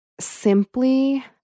simply